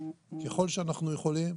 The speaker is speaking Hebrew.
ככל שאנחנו יכולים,